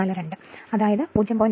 1042 അതായത് 0